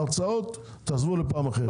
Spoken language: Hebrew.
ההוצאות תעזבו לפעם אחרת.